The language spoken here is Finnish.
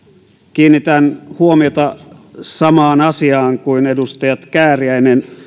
kiinnitän huomiota samaan asiaan kuin edustajat kääriäinen